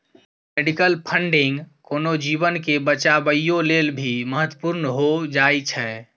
medical funding कोनो जीवन के बचाबइयो लेल भी महत्वपूर्ण हो जाइ छइ